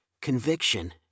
conviction